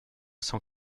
cent